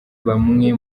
bamwe